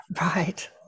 right